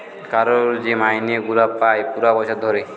কারুর যে মাইনে গুলা পায় পুরা বছর ধরে